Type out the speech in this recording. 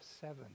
seven